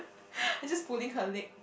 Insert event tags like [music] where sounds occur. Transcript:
[laughs] I just pulling her leg